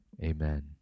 Amen